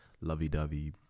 lovey-dovey